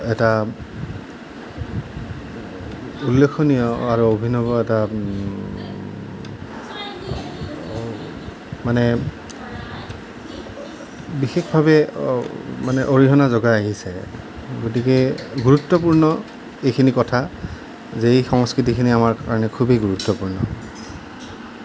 এটা উল্লেখনীয় আৰু অভিনৱ এটা মানে বিশেষভাৱে মানে অৰিহণা যোগাই আহিছে গতিকে গুৰুত্বপূৰ্ণ এইখিনি কথা যে এই সংস্কৃতিখিনি আমাৰ কাৰণে খুবেই গুৰুত্বপূৰ্ণ